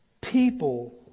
People